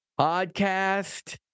Podcast